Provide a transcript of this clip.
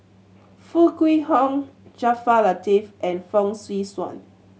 Foo Kwee Horng Jaafar Latiff and Fong Swee Suan